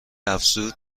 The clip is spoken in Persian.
افزود